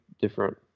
different